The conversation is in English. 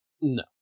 No